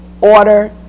order